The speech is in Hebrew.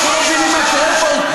אתם לא מבינים מה קורה פה?